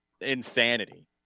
insanity